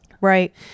Right